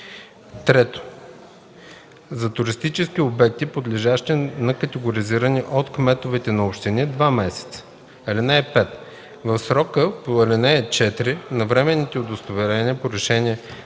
3. за туристически обекти, подлежащи на категоризиране от кметовете на общини – два месеца. (5) В срока по ал. 4 на временните удостоверения по решение